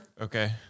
Okay